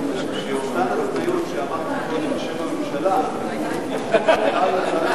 שאותן התניות שאמרתי קודם בשם הממשלה יחולו גם כאן.